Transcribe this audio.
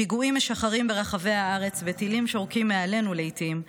פיגועים משחרים ברחבי הארץ וטילים שורקים מעלינו לעיתים,